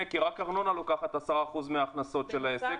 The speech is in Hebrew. כי רק ארנונה לוקחת 10% מההכנסות של העסק.